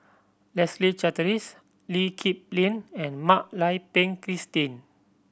Leslie Charteris Lee Kip Lin and Mak Lai Peng Christine